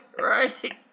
right